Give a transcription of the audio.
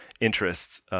interests